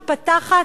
מתפתחת,